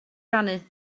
rannu